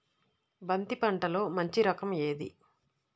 బంతి పంటలో మంచి రకం ఏది?